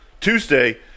Tuesday